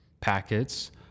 Packets